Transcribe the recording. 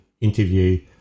interview